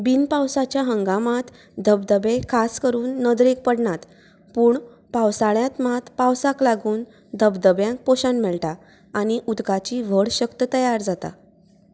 बिनपावसाच्या हंगामांत धबधबे खास करून नदरेक पडनात पूण पावसाळ्यांत मात पावसाक लागून धबधब्यांक पोशंण मेळटा आनी उदकाची व्हड शक्त तयार जाता